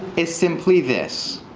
it simply this.